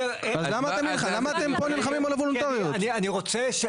כי אני רוצה.